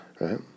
right